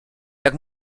jak